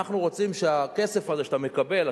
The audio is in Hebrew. אנחנו רוצים שהכסף הזה שאתה מקבל,